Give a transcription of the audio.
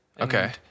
Okay